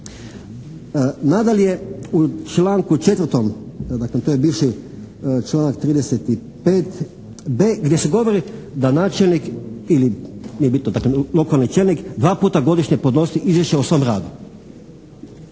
Nadalje u članku 4., dakle to je bivši članak 35.b gdje se govori da načelnik ili nije bitno, dakle lokalni čelnik dva puta godišnje podnosi izvješće o svom radu.